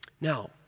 Now